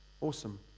Awesome